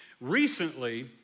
recently